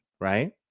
right